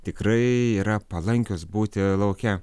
tikrai yra palankios būti lauke